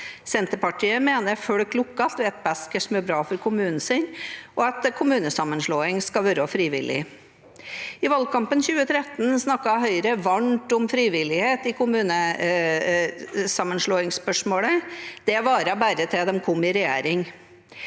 Senterpartiet mener folk lokalt vet best hva som er bra for kommunen sin, og at kommunesammenslåing skal være frivillig. I valgkampen i 2013 snakket Høyre varmt om frivillighet i spørsmålet om kommunesammenslåing. Det varte bare til de kom i regjering.